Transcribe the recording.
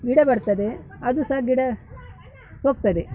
ಗಿಡ ಬರ್ತದೆ ಅದು ಸಹ ಗಿಡ ಹೋಗ್ತದೆ